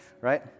right